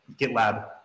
GitLab